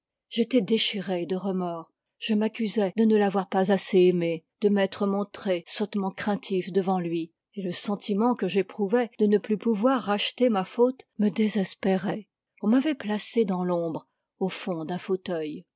étais déchiré de remords je m accusais de ne l a voir pas assez aimé de m être montré sottement craintif devant lui et le sentiment que j'éprouvais de ne plus pouvoir racheter ma faute me désespérait on m'avait placé dans l'ombre au fond d'un fauteuil